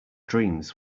dreams